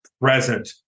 present